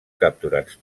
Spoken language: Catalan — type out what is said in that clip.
capturats